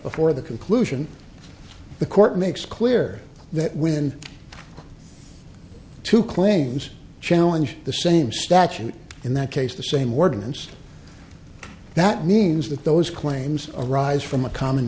before the conclusion the court makes clear that when two claims challenge the same statute in that case the same ordinance that means that those claims arise from a common